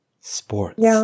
sports